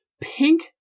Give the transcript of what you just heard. Pink